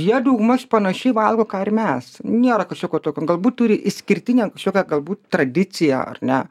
jie daugmaž panašiai valgo ką ir mes nėra kažkokio tokio galbūt turi išskirtinę kažkokią galbūt tradiciją ar ne